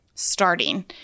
Starting